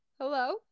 Hello